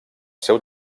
seu